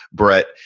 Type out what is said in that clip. brett,